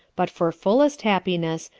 but for fullest happiness,